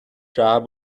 job